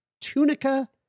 tunica